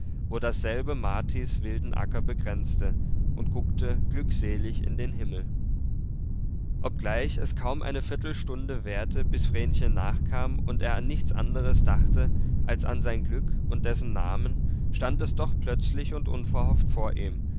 wo dasselbe martis wilden acker begrenzte und guckte glückselig in den himmel obgleich es kaum eine viertelstunde währte bis vrenchen nachkam und er an nichts anderes dachte als an sein glück und dessen namen stand es doch plötzlich und unverhofft vor ihm